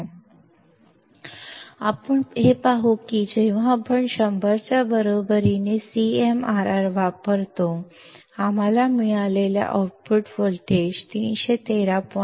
ನಾವು ನೋಡುತ್ತೇವೆ CMRR ಅನ್ನು 100 ಕ್ಕೆ ಸಮಾನವಾಗಿ ಬಳಸುವಾಗ ನಮಗೆ ದೊರೆತ ಔಟ್ಪುಟ್ ವೋಲ್ಟೇಜ್ 313